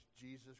Jesus